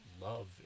love